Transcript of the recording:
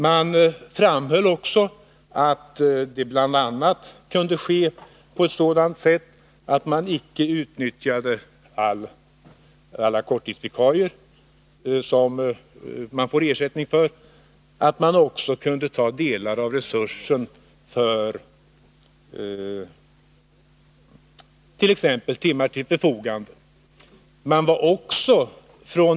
Man framhöll att det bl.a. kunde ske på ett sådant sätt att man icke utnyttjade alla korttidsvikarier som man får ersättning för. Man kunde också ta delar av resursen fört.ex. timmar till förfogande.